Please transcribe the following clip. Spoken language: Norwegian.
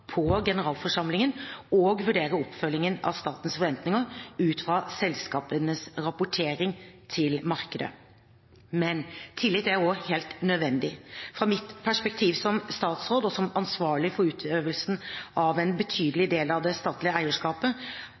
på generalforsamlingen og vurdere oppfølgingen av statens forventninger ut fra selskapenes rapportering til markedet. Men tillit er også helt nødvendig. Fra mitt perspektiv som statsråd og som ansvarlig for utøvelsen av en betydelig del av det statlige eierskapet